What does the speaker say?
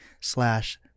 slash